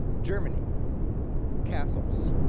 germany castles,